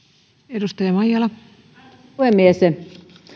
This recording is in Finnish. arvoisa puhemies